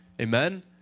Amen